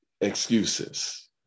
excuses